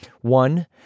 one